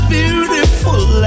beautiful